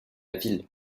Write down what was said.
ville